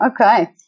Okay